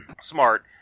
smart